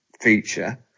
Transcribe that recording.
feature